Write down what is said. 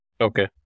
Okay